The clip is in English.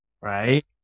right